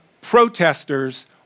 protesters